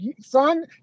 son